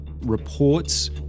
Reports